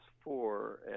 four